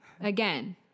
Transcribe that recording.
again